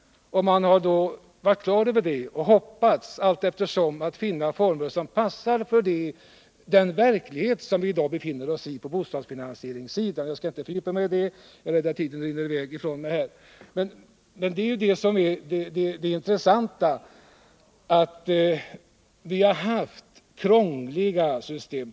Många har varit glada över detta och hoppats att vi skulle finna former som passar för den verklighet som vi i dag befinner oss i på bostadsfinansieringssidan. Jag skall inte fördjupa mig i detta — jag är rädd att tiden då rinner ifrån mig. Det intressanta är att vi har haft krångliga system.